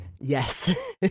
yes